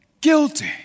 guilty